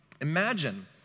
Imagine